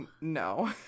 no